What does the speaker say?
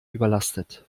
überlastet